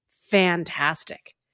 fantastic